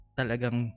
talagang